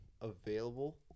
available